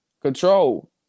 Control